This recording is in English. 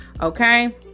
okay